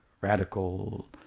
Radical